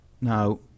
Now